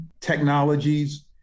technologies